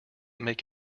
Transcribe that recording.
make